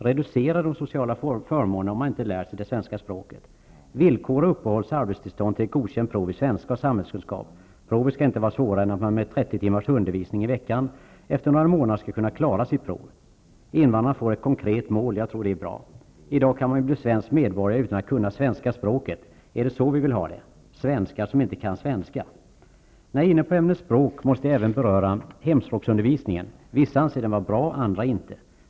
Reducera de sociala förmånerna om man inte lär sig svenska språket! Villkora uppehålls och arbetstillstånd till ett godkänt prov i svenska och samhällskunskap! Provet skall inte vara svårare än att man med 30 timmars undervisning per vecka under några månader skall kunna klara sitt prov. Invandraren får ett konkret mål. Det tror jag är bra. I dag kan man ju bli svensk medborgare utan att kunna svenska språket. Är det så vi vill ha det? Svenskar som inte kan svenska. När jag är inne på ämnet språk måste jag även beröra hemspråksundervisningen. Vissa anser att den är bra -- andra inte.